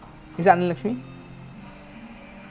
so they will serve you instead of you taking lah